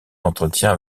entretient